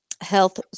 health